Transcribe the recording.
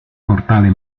portale